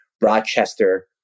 Rochester